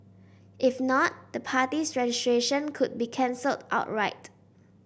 if not the party's registration could be cancelled outright